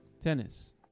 Tennis